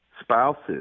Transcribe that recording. Spouses